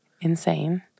Insane